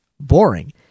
boring